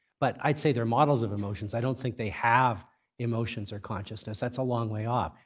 but i'd say they're models of emotions. i don't think they have emotions or consciousness. that's a long way off.